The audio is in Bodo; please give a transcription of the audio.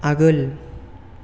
आगोल